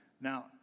Now